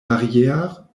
barrière